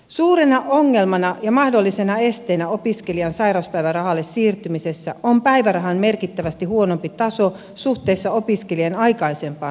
suurena ongelmana ja mahdollisena esteenä opiskelijan sairauspäivärahalle siirtymisessä on päivärahan merkittävästi huonompi taso suhteessa opiskelijan aikaisempaan toimeentuloon